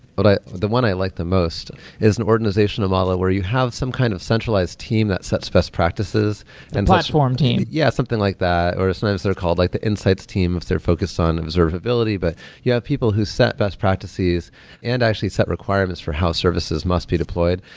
but the one i like the most is an organizational model where you have some kind of centralized team that sets best practices and platform team yeah, something like that. or sometimes they're called like the insights team if they're focused on observability. but you have people who set best practices and actually set requirements for how services must be deployed.